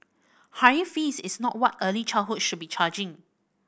high fees is not what early childhood should be charging